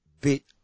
bit